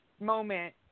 moment